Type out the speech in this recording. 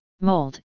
mold